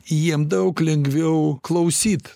jiem daug lengviau klausyt